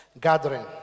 Gathering